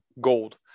gold